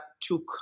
took